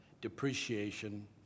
depreciation